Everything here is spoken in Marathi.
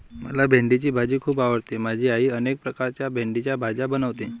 मला भेंडीची भाजी खूप आवडते माझी आई अनेक प्रकारच्या भेंडीच्या भाज्या बनवते